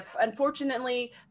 unfortunately